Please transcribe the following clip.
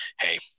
hey